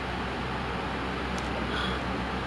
it's like I don't even know what she likes